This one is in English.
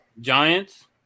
Giants